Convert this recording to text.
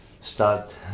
start